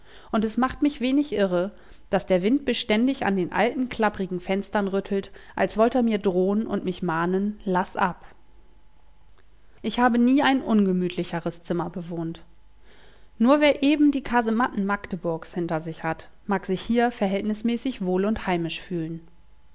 und es macht mich wenig irre daß der wind beständig an den alten klapprigen fenstern rüttelt als wollt er mir drohen oder mich mahnen laß ab ich habe nie ein ungemütlicheres zimmer bewohnt nur wer eben die kasematten magdeburgs hinter sich hat mag sich hier verhältnismäßig wohl und heimisch fühlen